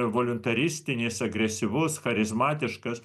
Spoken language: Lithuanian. voliuntarististinis agresyvus charizmatiškas